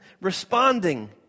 responding